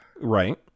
Right